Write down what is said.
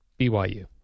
BYU